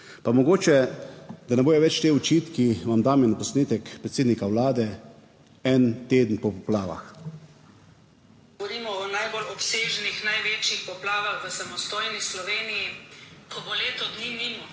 Pa mogoče, da ne bodo več ti očitki, vam dam en posnetek predsednika Vlade en teden po poplavah. /Posnetek: Govorimo o najbolj obsežnih, največjih poplavah v samostojni Sloveniji, ko bo leto dni mimo,